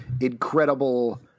incredible